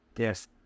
Yes